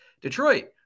Detroit